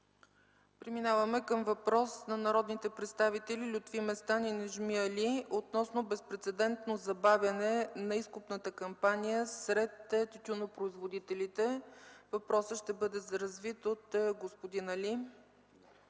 Преминаваме към въпрос на народните представители Лютви Местан и Неджми Али относно безпрецедентно забавяне на изкупната кампания сред тютюнопроизводителите. Въпросът ще бъде развит от господин Али.